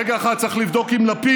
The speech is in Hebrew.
רגע אחד, צריך לבדוק עם לפיד,